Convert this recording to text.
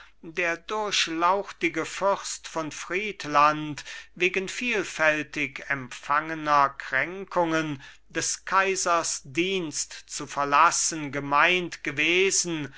der durchlauchtige fürst von friedland wegen vielfältig empfangener kränkungen des kaisers dienst zu verlassen gemeint gewesen